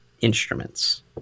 instruments